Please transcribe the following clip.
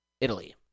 Italy